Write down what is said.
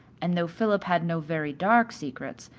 and though philip had no very dark secrets,